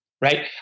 Right